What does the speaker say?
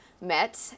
met